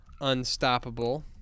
unstoppable